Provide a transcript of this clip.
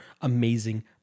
amazing